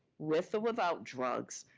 with or without drugs,